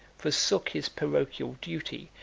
forsook his parochial duty,